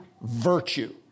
virtue